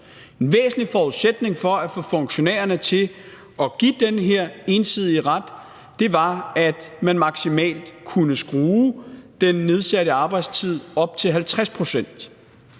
En væsentlig forudsætning for at få funktionærerne til at give den her ensidige ret til arbejdsgiverne har været, at man maksimalt kunne skrue den nedsatte arbejdstid op til 50 pct.,